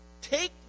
take